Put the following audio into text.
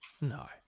No